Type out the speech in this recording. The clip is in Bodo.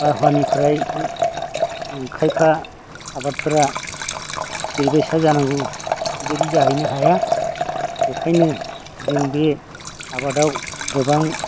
बारहावानिफ्राय खायफा आबादफोरा जेरैबायदि जानांगौ बेबायदि जाहैनो हाया बेखायनो जों बे आबादाव गोबां